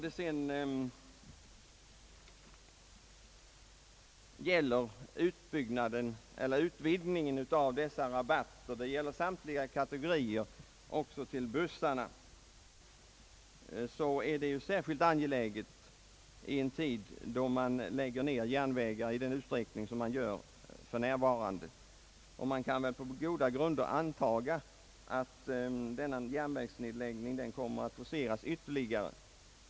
En utvidgning av rabatteringen till att för samtliga kategorier gälla även bussarna är särskilt angelägen i en tid då järnvägar läggs ned i den utsträckning som för närvarande sker. Det kan väl på goda grunder antagas att järnvägsnedläggningen kommer att forceras ytterligare.